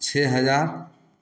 छ हज़ार